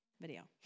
video